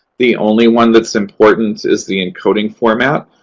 the only one that's important is the encoding format,